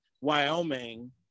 Wyoming